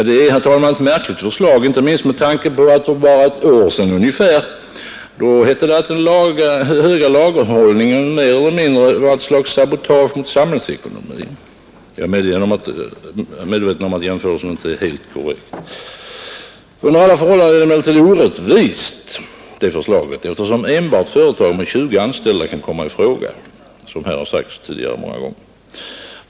Det är onekligen ett märkligt förslag, fru talman, inte minst med tanke på att bara för ett år sedan den höga lagerhållningen mer eller mindre betecknades som ett slags sabotage mot samhällsekonomin. Jag är medveten om att jämförelsen inte är helt korrekt. Under alla förhållanden är emellertid detta förslag orättvist, eftersom endast företag med minst 20 anställda kan komma i fråga, som tidigare framhållits upprepade gånger.